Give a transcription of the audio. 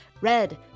Red